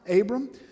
Abram